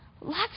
Lots